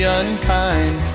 unkind